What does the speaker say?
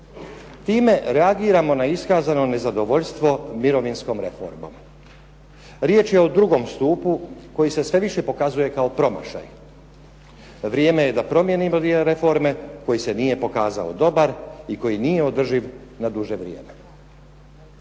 "Time reagiramo na iskazano nezadovoljstvo mirovinskom reformom. Riječ je o drugom stupu koji se sve više pokazuje kao promašaj. Vrijeme je da promijenimo dio reforme koji se nije pokazao dobar i koji nije održiv na duže vrijeme.".